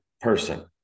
person